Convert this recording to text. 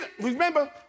remember